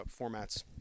formats